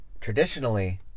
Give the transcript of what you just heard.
traditionally